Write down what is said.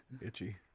itchy